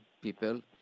people